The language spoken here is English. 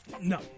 No